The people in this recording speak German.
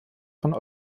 von